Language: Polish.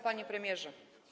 Panie Premierze!